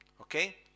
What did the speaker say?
Okay